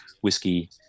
whiskey